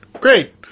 Great